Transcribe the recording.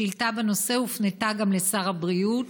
שאילתה בנושא הופנתה גם לשר הבריאות,